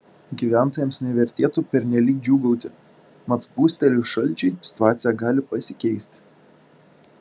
gyventojams nevertėtų pernelyg džiūgauti mat spustelėjus šalčiui situacija gali pasikeisti